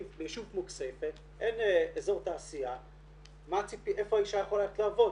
אם ביישוב כמו כסייפה אין אזור תעשייה איפה האישה יכולה לעבוד?